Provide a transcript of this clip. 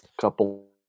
couple